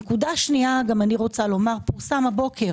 שנית, פורסם הבוקר